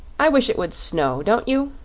i wish it would snow, don't you?